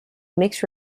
mixed